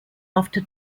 after